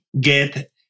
get